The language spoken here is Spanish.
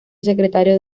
secretario